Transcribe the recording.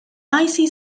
icy